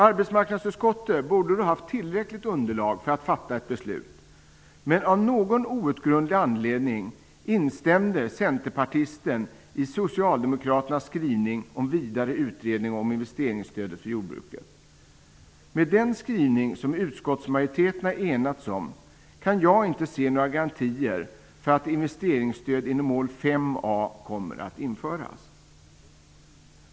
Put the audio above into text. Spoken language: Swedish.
Arbetsmarknadsutskottet borde då ha haft tillräckligt underlag för att fatta ett beslut. Men av någon outgrundlig anledning instämde centerpartisten i utskottet i socialdemokraternas skrivning om vidare utredning av investeringsstödet till jordbruket. Med den skrivning som utskottsmajoriteten har enats om kan jag inte se några garantier för att investeringsstöd inom mål 5a kommer att införas.